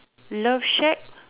love shack